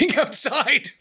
outside